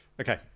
Okay